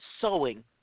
sowing